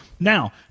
Now